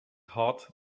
heart